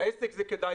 לעסק זה כדאי,